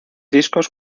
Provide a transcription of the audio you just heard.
discos